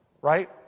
right